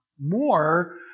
More